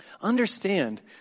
Understand